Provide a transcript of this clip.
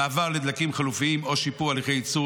מעבר לדלקים חלופיים או שיפור הליכי הייצור,